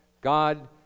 God